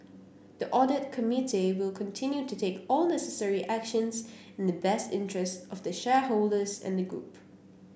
the audit committee will continue to take all necessary actions in the best interests of the shareholders and the group